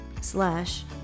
slash